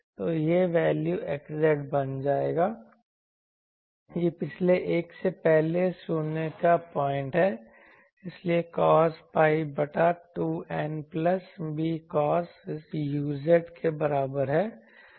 तो वह value xz बन जाएगा यह पिछले एक से पहले 0 का पॉइंट है इसलिए कोस pi बटा 2N plus b cos uz के बराबर है